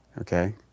okay